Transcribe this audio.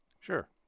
Sure